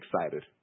excited